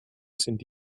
sind